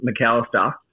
McAllister